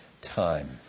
time